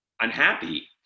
unhappy